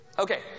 Okay